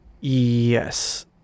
yes